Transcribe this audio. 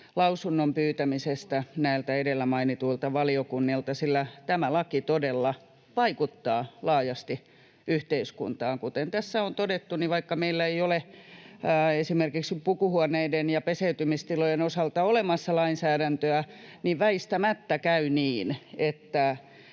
lausunnon pyytämisestä näiltä edellä mainituilta valiokunnilta, sillä tämä laki todella vaikuttaa laajasti yhteiskuntaan. Kuten tässä on todettu, niin vaikka meillä ei ole esimerkiksi pukuhuoneiden ja peseytymistilojen osalta olemassa lainsäädäntöä, niin väistämättä käy niin, että